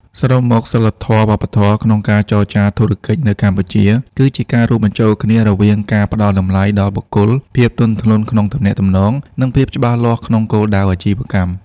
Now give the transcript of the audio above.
សរុបមក សីលធម៌វប្បធម៌ក្នុងការចរចាធុរកិច្ចនៅកម្ពុជា គឺជាការរួមបញ្ចូលគ្នារវាងការផ្តល់តម្លៃដល់បុគ្គល ភាពទន់ភ្លន់ក្នុងទំនាក់ទំនង និងភាពច្បាស់លាស់ក្នុងគោលដៅអាជីវកម្ម។